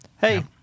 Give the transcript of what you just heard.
hey